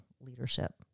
leadership